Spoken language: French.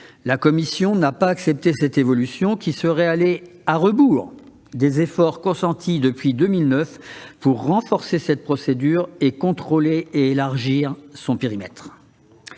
La commission des lois n'a pas accepté cette évolution, qui serait allée à rebours des efforts accomplis depuis 2009 pour renforcer cette procédure de contrôle et élargir son périmètre.